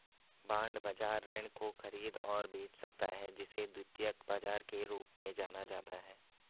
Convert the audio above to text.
bond बाजार ऋण को खरीद और बेच सकता है जिसे द्वितीयक बाजार के रूप में जाना जाता है